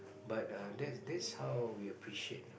but err that that's how we appreciate